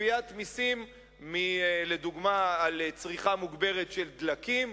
גביית מסים על צריכה מוגברת של דלקים,